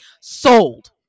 sold